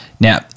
Now